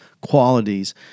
qualities